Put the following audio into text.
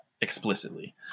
explicitly